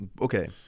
Okay